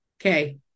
okay